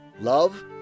love